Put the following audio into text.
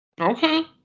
Okay